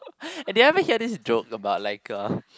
did you ever hear this joke about like a